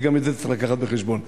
וגם את זה צריך לקחת בחשבון.